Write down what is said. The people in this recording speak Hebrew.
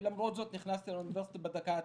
ולמרות זאת נכנסתי לאוניברסיטה בדקה ה-90,